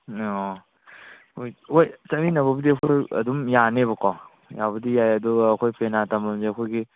ꯑꯣ ꯍꯣꯏ ꯍꯣꯏ ꯆꯠꯃꯤꯟꯅꯕꯕꯨꯗꯤ ꯑꯩꯈꯣꯏ ꯑꯗꯨꯝ ꯌꯥꯅꯦꯕꯀꯣ ꯌꯥꯕꯨꯗꯤ ꯌꯥꯏ ꯑꯗꯨꯒ ꯑꯩꯈꯣꯏ ꯄꯦꯅꯥ ꯇꯝꯐꯝꯁꯦ ꯑꯩꯈꯣꯏꯒꯤ